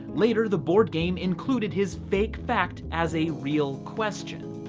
later the board game included his fake fact as a real question.